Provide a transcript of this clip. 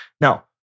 Now